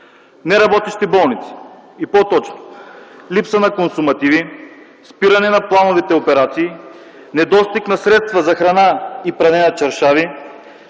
Неработещи болници и по-точно – липса на консумативи, спиране на плановите операции, недостиг на средства за храна и пране на чаршафи.